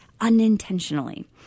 unintentionally